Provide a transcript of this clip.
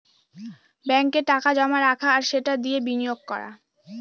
ব্যাঙ্কে টাকা জমা রাখা আর সেটা দিয়ে বিনিয়োগ করা